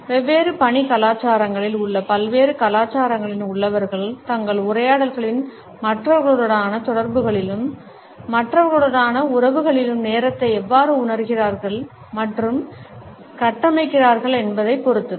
வெவ்வேறு பணி கலாச்சாரங்களில் உள்ள பல்வேறு கலாச்சாரங்களில் உள்ளவர்கள் தங்கள் உரையாடல்களில் மற்றவர்களுடனான தொடர்புகளிலும் மற்றவர்களுடனான உறவுகளிலும் நேரத்தை எவ்வாறு உணர்கிறார்கள் மற்றும் கட்டமைக்கிறார்கள் என்பதைப் பொறுத்தது